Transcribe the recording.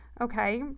okay